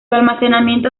almacenamiento